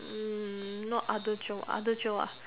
no other job other job